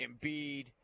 Embiid